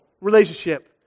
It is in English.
relationship